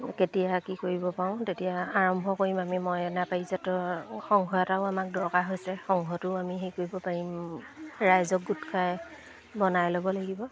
কেতিয়া কি কৰিব পাৰোঁ তেতিয়া আৰম্ভ কৰিম আমি মইনা পাৰিজাতৰ সংঘ এটাও আমাক দৰকাৰ হৈছে সংঘটো আমি হেৰি কৰিব পাৰিম ৰাইজক গোট খাই বনাই ল'ব লাগিব